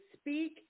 speak